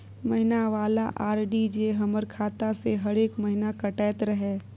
महीना वाला आर.डी जे हमर खाता से हरेक महीना कटैत रहे?